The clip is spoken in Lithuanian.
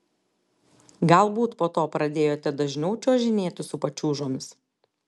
galbūt po to pradėjote dažniau čiuožinėti su pačiūžomis